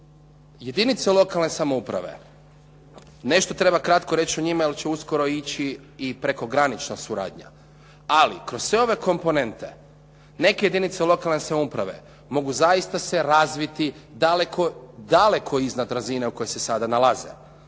jedinica lokalne samouprave, nešto treba kratko reći o njima jer će uskoro ići i prekogranična suradnja, ali kroz sve ove komponente, neke jedinice lokalne samouprave mogu zaista se razviti daleko, daleko iznad razine u kojoj se sada nalaze.